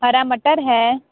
हरा मटर है